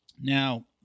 Now